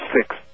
six